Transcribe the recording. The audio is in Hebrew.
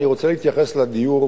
אני רוצה להתייחס לדיור,